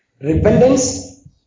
Repentance